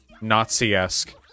Nazi-esque